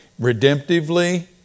redemptively